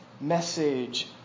message